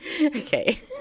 Okay